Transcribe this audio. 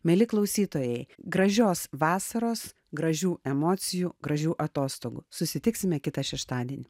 mieli klausytojai gražios vasaros gražių emocijų gražių atostogų susitiksime kitą šeštadienį